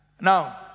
Now